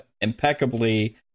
impeccably